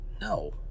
No